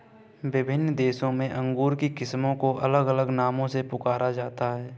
विभिन्न देशों में अंगूर की किस्मों को अलग अलग नामों से पुकारा जाता है